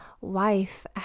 wife